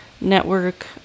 network